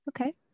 Okay